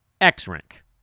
X-Rank